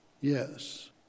Yes